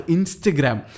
Instagram